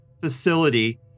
facility